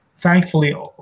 Thankfully